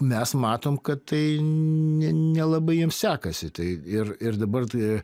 mes matom kad tai nelabai jiem sekasi tai ir ir dabar tai